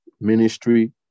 ministry